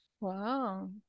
Wow